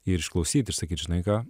ir išklausyt ir sakyt žinai ką